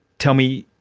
tell me,